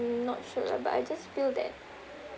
not sure lah but I just feel that